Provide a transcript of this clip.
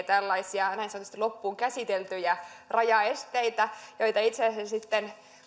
tällaisia näin sanotusti loppuun käsiteltyjä rajaesteitä joita itse asiassa sitten